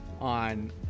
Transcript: on